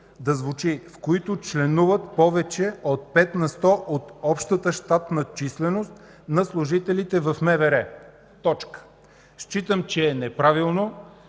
да звучи: „в които членуват повече от 5 на сто от общата щатна численост на служителите в МВР” – точка. Считам, че е неправилно